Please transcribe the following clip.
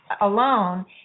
alone